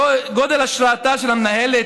גודל השראתה של המנהלת,